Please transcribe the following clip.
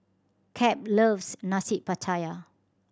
Cap loves Nasi Pattaya